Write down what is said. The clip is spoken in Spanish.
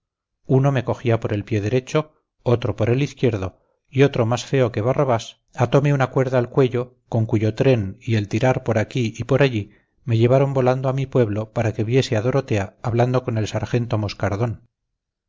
uno me cogía por el pie derecho otro por el izquierdo y otro más feo que barrabás atome una cuerda al cuello con cuyo tren y el tirar por aquí y por allí me llevaron volando a mi pueblo para que viese a dorotea hablando con el sargento moscardón